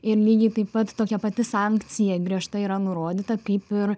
ir lygiai taip pat tokia pati sankcija griežta yra nurodyta kaip ir